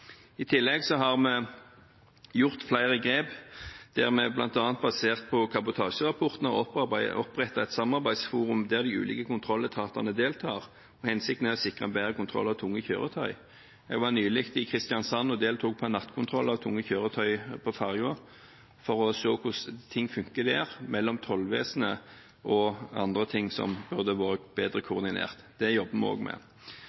I tillegg har vi gjort flere grep der vi bl.a. basert på kabotasjerapporten har opprettet et samarbeidsforum der de ulike kontrolletatene deltar. Hensikten er å sikre en bedre kontroll av tunge kjøretøy. Jeg var nylig i Kristiansand og deltok på en nattkontroll av tunge kjøretøy på ferja for å se på hvordan ting funker der når det gjelder Tollvesenet, og andre ting som burde vært bedre koordinert. Det jobber vi også med.